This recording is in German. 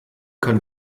kann